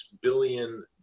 billion